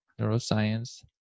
neuroscience